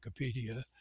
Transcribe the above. Wikipedia